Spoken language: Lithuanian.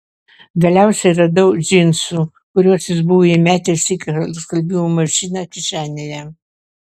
galiausiai radau džinsų kuriuos jis buvo įmetęs į skalbimo mašiną kišenėje